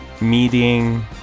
meeting